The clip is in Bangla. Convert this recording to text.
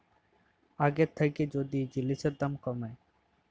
আগের থ্যাইকে যদি জিলিসের দাম ক্যমে